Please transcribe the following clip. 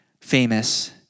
famous